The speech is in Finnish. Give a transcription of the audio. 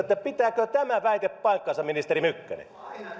pitääkö tämä väite paikkansa ministeri mykkänen